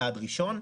יעד ראשון.